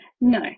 No